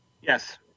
Yes